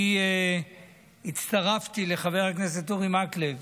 אני הצטרפתי לחבר הכנסת אורי מקלב